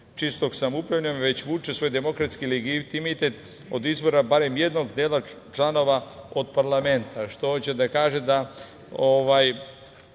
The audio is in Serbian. čistog samoupravljanja već vuče svoje demokratski legitimitet od izbora barem jednog dela članova od parlamenta. Hoće da kaže, da